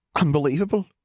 Unbelievable